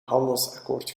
handelsakkoord